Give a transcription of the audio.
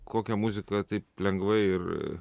kokią muziką taip lengvai ir